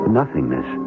nothingness